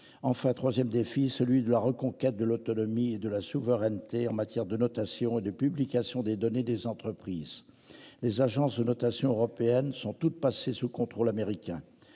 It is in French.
Enfin 3ème défi, celui de la reconquête de l'autonomie et de la souveraineté en matière de notation et de publication des données des entreprises. Les agences de notation européenne sont toutes passées sous contrôle américain.